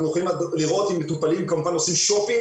אנחנו יכולים לראות אם מטופלים עושים שופינג,